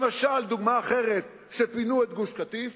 למשל, דוגמה אחרת, כשפינו את גוש-קטיף